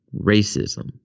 racism